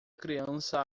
criança